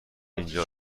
اینجا